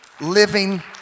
Living